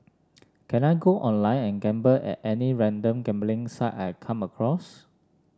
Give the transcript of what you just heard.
can I go online and gamble at any random gambling site I come across